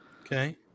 Okay